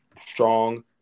strong